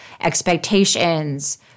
expectations